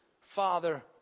Father